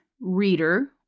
reader